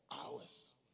hours